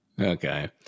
Okay